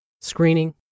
screening